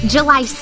July